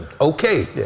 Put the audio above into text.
Okay